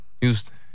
Houston